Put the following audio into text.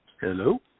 Hello